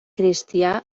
cristià